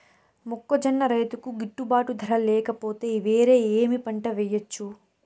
మొక్కజొన్న రైతుకు గిట్టుబాటు ధర లేక పోతే, వేరే ఏమి పంట వెయ్యొచ్చు?